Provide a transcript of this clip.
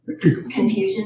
confusion